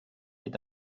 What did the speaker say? est